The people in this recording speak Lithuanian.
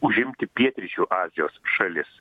užimti pietryčių azijos šalis